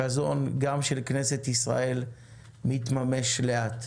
החזון, גם של כנסת ישראל, מתממש לאט.